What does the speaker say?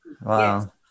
Wow